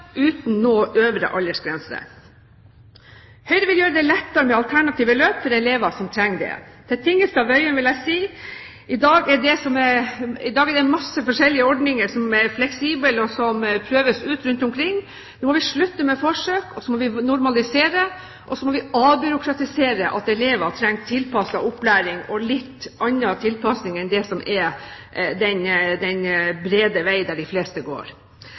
uten noen øvre aldersgrense. Høyre vil gjøre det lettere med alternative løp for elever som trenger det. Til Tingelstad Wøien vil jeg si: I dag er det mange forskjellige ordninger som er fleksible, og som prøves ut rundt omkring. Vi må slutte med forsøk, vi må normalisere, og så må vi avbyråkratisere at elever trenger tilpasset opplæring og litt annen tilpasning enn det som er den brede vei, der de fleste går.